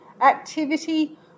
activity